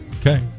Okay